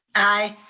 aye.